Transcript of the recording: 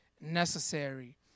necessary